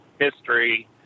history